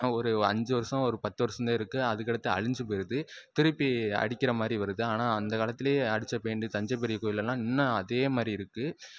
ஒரு அஞ்சு வருஷம் பத்து வருஷந்தான் இருக்குது அதுக்கடுத்து அழிஞ்சு போயிடுது திருப்பி அடிக்கிறமாதிரி வருது ஆனால் அந்தக்காலத்திலியே அடித்த பெயிண்டு தஞ்சை பெரியகோயில்லெலாம் இன்னும் அதேமாதிரி இருக்குது